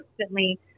constantly